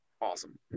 awesome